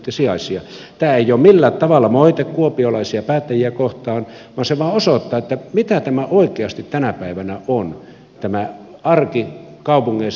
tämä ei ole millään tavalla moite kuopiolaisia päättäjiä kohtaan vaan se vain osoittaa mitä tämä oikeasti tänä päivänä on tämä arki kaupungeissa